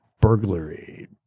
burglary